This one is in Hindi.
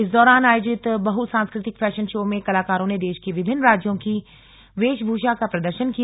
इस दौरान आयोजित बहु सांस्कृतिक फैशन शो में कलाकारों ने देश की विभिन्न राज्यों की वेशभूषा का प्रदर्शन किया